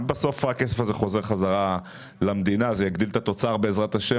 בסוף הכסף הזה חוזר בחזרה למדינה ובעזרת השם